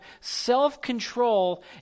self-control